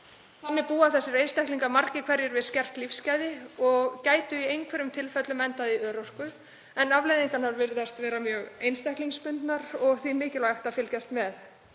Þannig búa þeir einstaklingar margir hverjir við skert lífsgæði og gætu í einhverjum tilfellum endað í örorku en afleiðingarnar virðast vera mjög einstaklingsbundnar og því mikilvægt að fylgjast vel